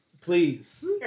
please